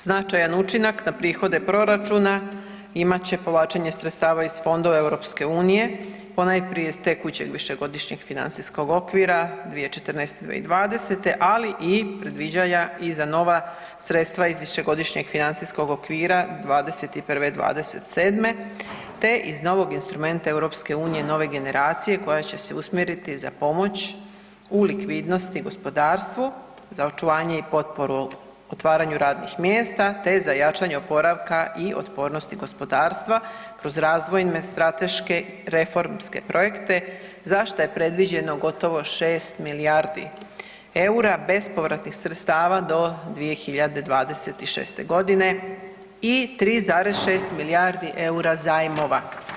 Značajan učinak na prihode proračuna imat će povlačenje sredstava iz Fondova EU, ponajprije s tekućeg višegodišnjeg financijskog okvira 2014.-2020., ali i predviđanja i za nova sredstva iz višegodišnjeg financijskog okvira '21.-'27., te iz novog instrumenta EU Nove generacije koja će se usmjeriti za pomoć u likvidnosti gospodarstvu za očuvanje i potporu otvaranju radnih mjesta, te za jačanje oporavka i otpornosti gospodarstva kroz razvojne, strateške, reformske projekte za šta je predviđeno gotovo 6 milijardi EUR-a bespovratnih sredstava do 2026.g. i 3,6 milijardi EUR-a zajmova.